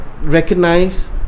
recognize